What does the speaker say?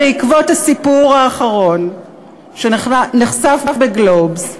בעקבות הסיפור האחרון שנחשף ב"גלובס",